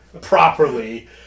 Properly